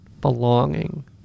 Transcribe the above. belonging